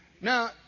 Now